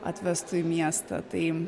atvestų į miestą tai